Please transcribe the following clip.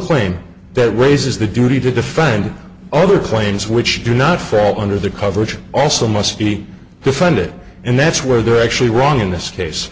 claim that raises the duty to defend other planes which do not fall under the cover which also must be refunded and that's where they're actually wrong in this case